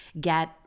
Get